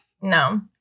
no